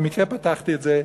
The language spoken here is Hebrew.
במקרה פתחתי את זה,